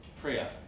Priya